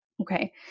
okay